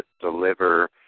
deliver